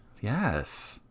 yes